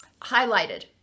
highlighted